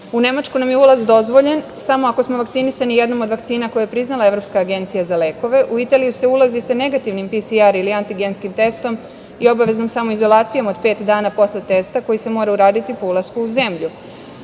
U Nemačku nam je ulaz dozvoljen samo ako smo vakcinisani jednom od vakcina koje je priznala Evropska agencija za lekove. U Italiju se ulazi sa negativnim PCR ili anti-genskim testom i obaveznom samoizolacijom od pet dana posle testa koji se mora uraditi po ulasku u zemlju.